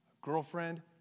girlfriend